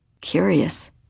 Curious